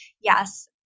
yes